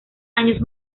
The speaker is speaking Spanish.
años